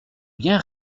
bien